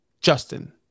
Justin